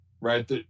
Right